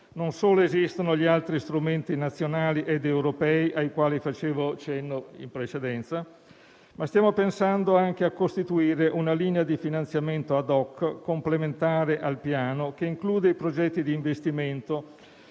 Non solo esistono gli altri strumenti nazionali ed europei, ai quali facevo cenno in precedenza, ma stiamo pensando anche a costituire una linea di finanziamento *ad hoc*, complementare al Piano, che includa i progetti di investimento